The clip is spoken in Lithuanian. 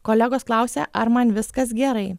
kolegos klausia ar man viskas gerai